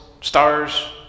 stars